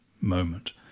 moment